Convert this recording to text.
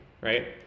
right